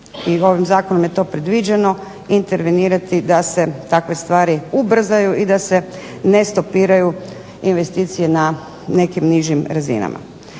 i ovim zakonom je to previđeno intervenirati da se takve stvari ubrzaju i da se ne stopiraju investicije na nekim nižim razinama.